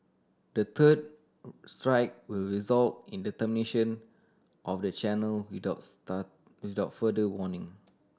the third strike will result in the termination of the channel without start without further warning